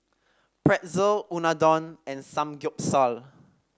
Pretzel Unadon and Samgeyopsal